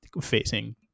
facing